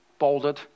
bolded